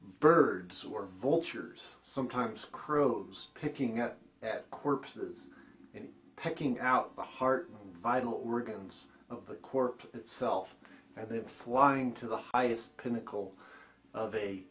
birds or vultures sometimes crows picking at that corpses and picking out the heart vital organs of a corpse itself and then flying to the highest pinnacle of a